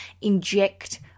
inject